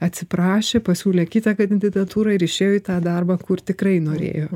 atsiprašė pasiūlė kitą kandidatūrą ir išėjo į tą darbą kur tikrai norėjo